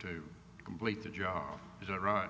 to complete the job is a right